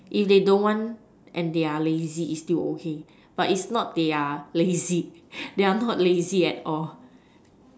if they don't want and they are lazy it's still okay but it's not they are lazy they are not lazy at all